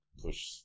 push